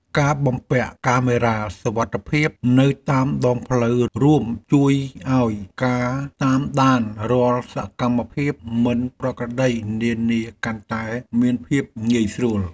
ការបំពាក់កាមេរ៉ាសុវត្ថិភាពនៅតាមដងផ្លូវរួមជួយឱ្យការតាមដានរាល់សកម្មភាពមិនប្រក្រតីនានាកាន់តែមានភាពងាយស្រួល។